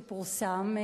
שפורסם,